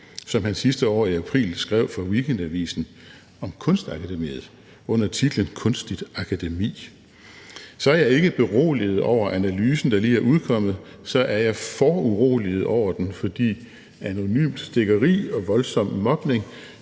som han sidste år i april skrev for Weekendavisen om Kunstakademiet med titlen »Kunstigt akademi«? Så er jeg ikke beroliget over analysen, der lige er udkommet, så er jeg foruroliget over den, for anonymt stikkeri og voldsom mobning